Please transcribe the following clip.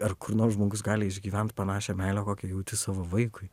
ar kur nors žmogus gali išgyvent panašią meilę kokią jauti savo vaikui